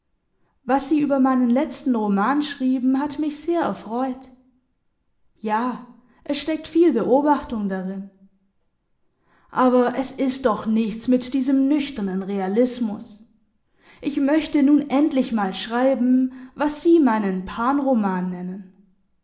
was sie über meinen letzten roman schrieben hat mich sehr erfreut ja es steckt viel beobachtung darin aber es ist doch nichts mit diesem nüchternen realismus ich möchte nun endlich mal schreiben was sie meinen pan roman nennen